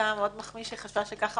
זה היה מאוד מחמיא שהיא חשבה שככה